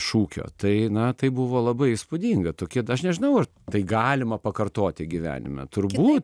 šūkio tai na tai buvo labai įspūdinga tokia aš nežinau ar tai galima pakartoti gyvenime turbūt